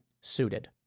suited